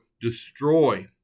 destroy